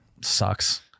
sucks